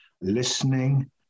listening